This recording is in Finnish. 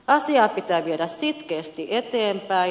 asiaa pitää viedä sitkeästi eteenpäin